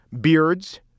beards